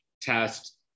test